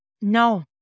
no